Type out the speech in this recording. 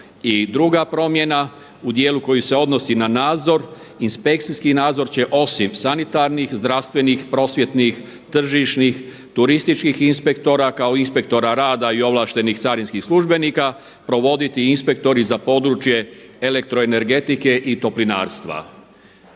druga promjena, u dijelu koji se odnosi na nadzor, inspekcijski nadzor će osim sanitarnih, zdravstvenih, prosvjetnih, tržišnih, turističkih inspektora kao i inspektora rada i ovlaštenih carinskih službenika provoditi inspektori za područje elektroenergetike i toplinarstva.